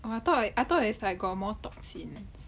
orh I thought I thought is like got more toxins